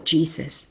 Jesus